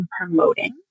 promoting